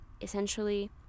essentially